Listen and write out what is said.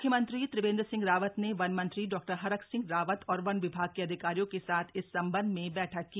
मुख्यमंत्री त्रिवेंद्र सिंह रावत ने वन मंत्री डॉ हरक सिंह रावत और वन विभाग के अधिकारियों के साथ इस संबंध में बैठक की